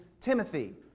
Timothy